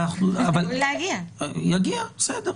יגיע, בסדר.